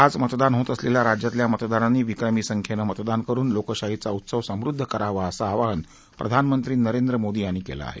आज मतदान होत असलेल्या राज्यातल्या मतदारांनी विक्रमी संख्येने मतदान करून लोकशाहीचा उत्सव समृद्ध करावा असं आवाहन प्रधानमंत्री नरेंद्र मोदी यांनी केलं आहे